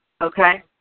Okay